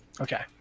Okay